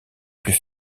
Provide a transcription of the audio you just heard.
plus